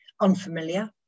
unfamiliar